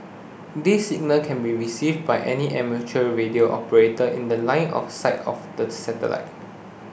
this signal can be received by any amateur radio operator in The Line of sight of the satellite